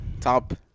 top